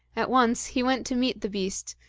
at once he went to meet the beast,